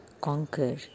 conquer